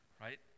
right